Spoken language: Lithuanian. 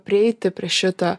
prieiti prie šito